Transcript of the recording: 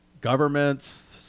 governments